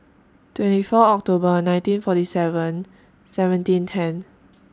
twenty four October nineteen forty seven seventeen ten